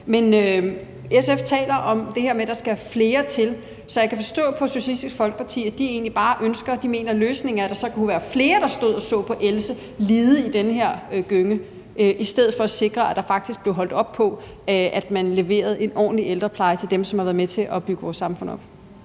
vand. SF taler om det her med, at der skal flere ansatte til. Så jeg kan forstå på Socialistisk Folkeparti, at de egentlig bare mener, at løsningen er, at der så kunne være flere, der stod og så på, at Else led i den her gynge, i stedet for at sikre, at man faktisk blev holdt op på, at man leverede en ordentlig ældrepleje til dem, som har været med til at bygge vores samfund op.